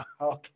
okay